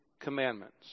commandments